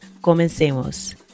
Comencemos